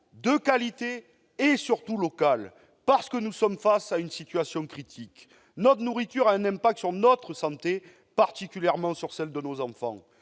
de qualité et, surtout, d'origine locale, parce que nous sommes confrontés à une situation critique. Notre nourriture a un impact sur notre santé, particulièrement sur celle de nos enfants.